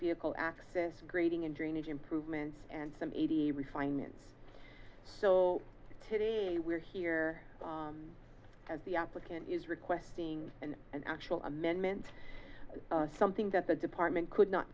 vehicle access grading and drainage improvements and some eighty refinements so today we're here at the applicant is requesting an actual amendment something that the department could not